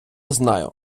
знаю